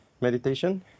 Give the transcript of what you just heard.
meditation